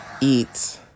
eat